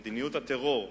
למדיניות הטרור,